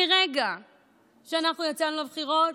מרגע שאנחנו יצאנו לבחירות,